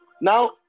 Now